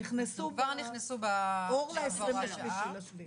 נכנסו אור ל-23.7.